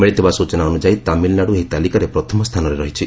ମିଳିଥିବା ସୂଚନା ଅନୁଯାୟୀ ତାମିଲନାଡୁ ଏହି ତାଲିକାରେ ପ୍ରଥମ ସ୍ଥାନରେ ରହିଛି